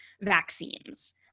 vaccines